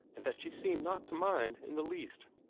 and that she seemed not to mind in the least.